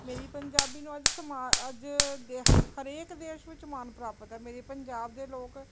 ਮੇਰੀ ਪੰਜਾਬੀ ਨੂੰ ਅੱਜ ਸਮਾਜ ਅੱਜ ਦੇ ਹਰੇਕ ਦੇਸ਼ ਵਿੱਚ ਮਾਣ ਪ੍ਰਾਪਤ ਹੈ ਮੇਰੇ ਪੰਜਾਬ ਦੇ ਲੋਕ